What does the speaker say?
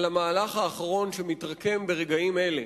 על המהלך האחרון שמתרקם ברגעים אלה,